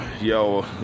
Yo